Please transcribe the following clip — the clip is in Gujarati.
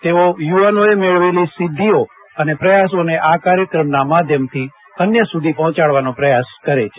તેઓ યુવાનોએ મેળવેલી સિદ્ધિઓ અને પ્રયાસોને આ કાર્યક્રમના માધ્યમથી અન્ય સુધી પહોંચાડવાનો પ્રયાસ કરે છે